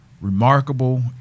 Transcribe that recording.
remarkable